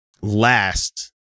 last